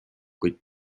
kuid